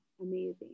amazing